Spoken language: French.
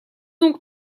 donc